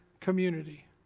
community